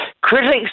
critics